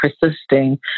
persisting